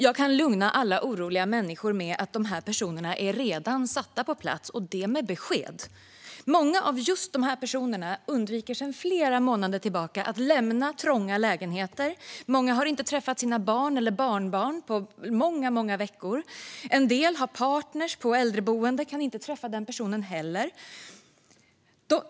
Jag kan lugna alla oroliga människor med att de här personerna redan är satta på plats, och det med besked. Många av just de här personerna undviker sedan flera månader tillbaka att lämna trånga lägenheter. Många har inte träffat sina barn eller barnbarn på många veckor. En del har partner på äldreboende och kan inte träffa den personen heller.